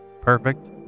perfect